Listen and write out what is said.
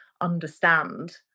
understand